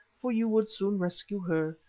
for you would soon rescue her,